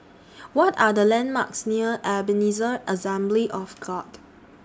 What Are The landmarks near Ebenezer Assembly of God